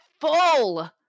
full